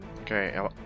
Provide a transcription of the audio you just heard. Okay